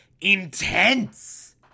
intense